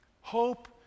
Hope